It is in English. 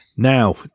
Now